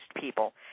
people